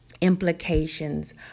implications